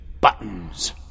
buttons